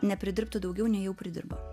nepridirbtų daugiau nei jau pridirbo